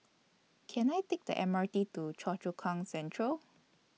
Can I Take The M R T to Choa Chu Kang Central